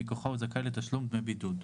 מזכה" שמכוחה הוא זכאי לתשלום דמי בידוד".